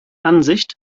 ansicht